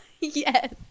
Yes